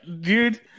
dude